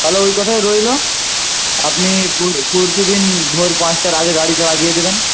তাহলে ওই কথাই রইল আপনি পরশু দিন ভোর পাঁচটার আগে গাড়িটা এগিয়ে দেবেন